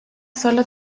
solo